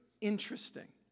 interesting